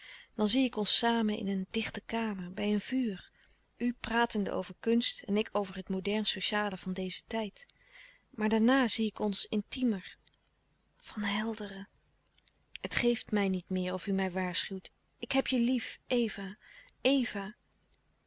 soms zie ik ons zamen in een dichte kamer bij een vuur u pratende over kunst en ik over het modern sociale van dezen tijd maar daarna zie ik ons intiemer van helderen het geeft mij niet meer of u mij waarschuwt ik heb je lief eva eva